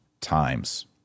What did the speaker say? times